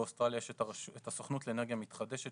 באוסטרליה יש את הסוכנות לאנרגיה מתחדשת